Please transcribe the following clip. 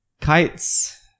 kites